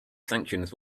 sanctions